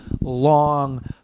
long